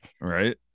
Right